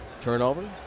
Turnover